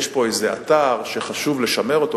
יש פה איזה אתר שחשוב לשמר אותו,